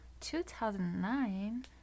2009